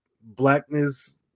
blackness